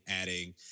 adding